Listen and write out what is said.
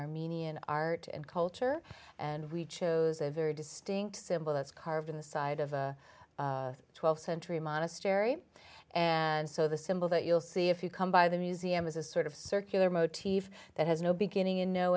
armenian art and culture and we chose a very distinct symbol that's carved in the side of a twelve century monastery and so the symbol that you'll see if you come by the museum is a sort of circular motif that has no beginning and no